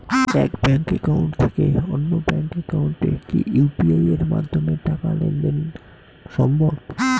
এক bank account থেকে অন্য ব্যাংক একাউন্টে কি ইউ.পি.আই মাধ্যমে টাকার লেনদেন দেন সম্ভব?